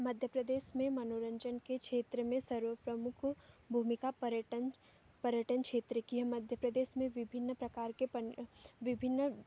मध्य प्रदेश में मनोरंजन के क्षेत्र में सर्वप्रमुख भूमिका पर्यटन पर्यटन क्षेत्र की है मध्य प्रदेश में विभिन्न प्रकार के पन विभिन्न